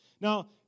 Now